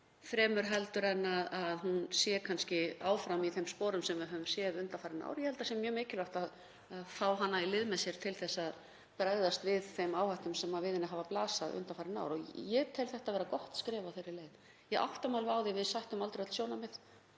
fremur frekar en að hún sé kannski áfram í þeim sporum sem við höfum séð undanfarin ár. Ég held að það sé mjög mikilvægt að fá hana í lið með sér til að bregðast við þeim áhættum sem við henni hafa blasað undanfarin ár og ég tel þetta vera gott skref á þeirri leið. Ég átta mig alveg á því að við sættum aldrei öll sjónarmið